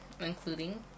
including